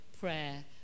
prayer